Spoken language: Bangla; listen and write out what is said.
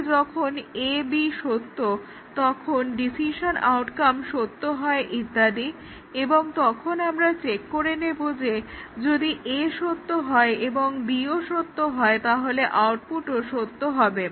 তাহলে যখন A B সত্য তখন ডিসিশন আউটকাম সত্য হয় ইত্যাদি এবং তখন আমরা চেক করে নেব যে যদি A সত্য হয় এবং B ও সত্য হয় তাহলে আউটপুটও সত্য হবে